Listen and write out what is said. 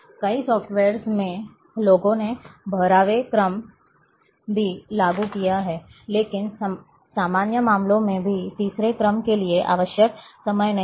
कई सॉफ्टवेयर्स में लोगों ने बारहवें क्रम तक भी लागू किया है लेकिन सामान्य मामलों में भी तीसरे क्रम के लिए आवश्यक समय नहीं है